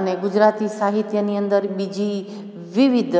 અને ગુજરાતી સાહિત્યની અંદર બીજી વિવિધ